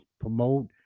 promote